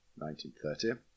1930